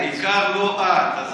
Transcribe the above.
העיקר לא את.